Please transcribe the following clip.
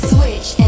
Switch